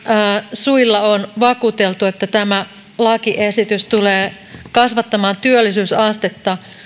suilla on vakuuteltu että tämä lakiesitys tulee kasvattamaan työllisyysastetta